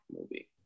movie